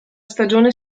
stagione